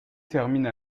termine